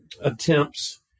attempts